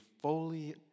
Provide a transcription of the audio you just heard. fully